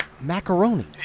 Macaroni